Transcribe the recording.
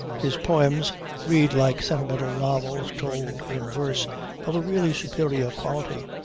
his poems read like sentimental novels told in verse of a really superior quality.